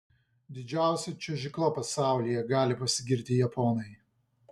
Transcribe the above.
didžiausia čiuožykla pasaulyje gali pasigirti japonai